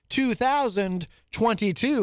2022